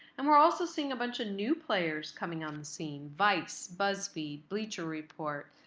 and we're also seeing a bunch of new players coming on the seen. vice, buzzfeed, bleacher report,